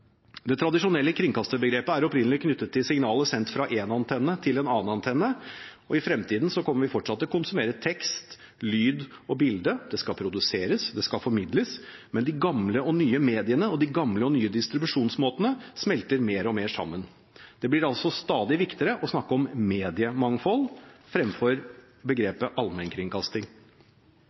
Det tradisjonelle kringkasterbegrepet er opprinnelig knyttet til signaler sendt fra en antenne til en annen antenne. I fremtiden kommer vi fortsatt til å konsumere tekst, lyd og bilde – det skal produseres, det skal formidles – men de gamle og nye mediene og de gamle og nye distribusjonsmåtene smelter mer og mer sammen. Det blir altså stadig viktigere å snakke om mediemangfold fremfor begrepet allmennkringkasting.